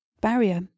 barrier